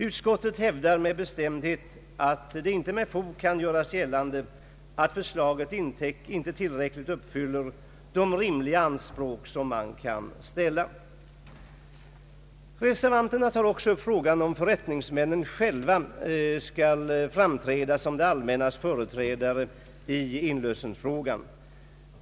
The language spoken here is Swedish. Utskottet hävdar med bestämdhet att det inte med fog kan göras gällande att förslaget inte tillräckligt uppfyller de rimliga anspråk som man kan ställa. Reservanterna tar också upp frågan om = förrättningsmännen själva skall framträda som det allmännas företrädare i inlösenfrågor.